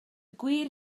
gwir